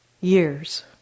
years